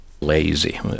Lazy